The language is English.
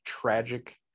tragic